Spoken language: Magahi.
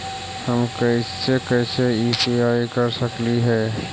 हम कैसे कैसे यु.पी.आई कर सकली हे?